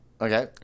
Okay